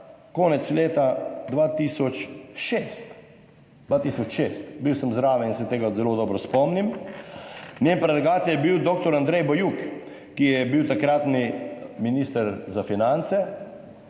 konec leta 2006, - 2006 - bil sem zraven in se tega zelo dobro spomnim. Njen predlagatelj je bil dr. Andrej Bajuk, ki je bil takratni minister za finance,